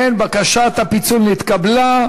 אם כן, בקשת הפיצול נתקבלה,